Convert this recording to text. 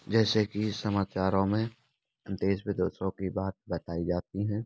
जैसे कि समाचारों में देश विदेशों की बात बताई जाती है